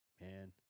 man